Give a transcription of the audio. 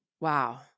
Wow